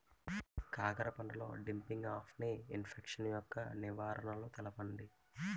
కాకర పంటలో డంపింగ్ఆఫ్ని ఇన్ఫెక్షన్ యెక్క నివారణలు తెలపండి?